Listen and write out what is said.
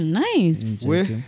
nice